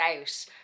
out